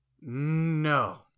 No